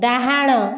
ଡାହାଣ